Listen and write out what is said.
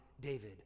David